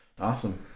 Awesome